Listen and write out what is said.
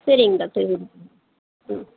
சரிங்க டாக்டர் ம்